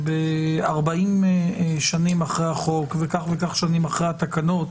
ש-40 שנים אחרי החוק וכך וכך שנים אחרי התקנות,